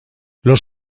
los